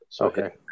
Okay